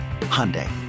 Hyundai